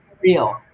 real